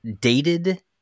dated